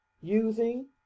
using